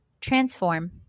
transform